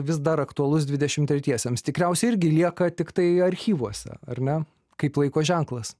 vis dar aktualus dvidešim tretiesiams tikriausiai irgi lieka tiktai archyvuose ar ne kaip laiko ženklas